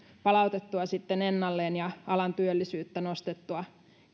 palautettua sitten ennalleen ja alan työllisyyttä nostettua